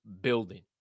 building